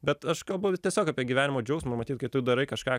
bet aš kalbu tiesiog apie gyvenimo džiaugsmą matyt kai tu darai kažką